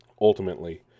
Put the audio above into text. ultimately